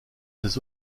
ces